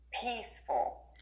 peaceful